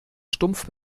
stumpf